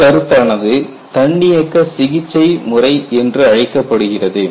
இக்கருத்தானது தன்னியக்க சிகிச்சைமுறை என்று அழைக்கப்படுகிறது